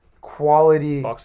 quality